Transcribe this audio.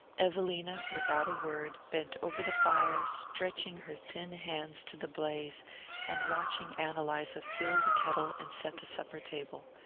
evelina, without a word, bent over the fire, stretching her thin hands to the blaze and watching ann eliza fill the kettle and set the supper table.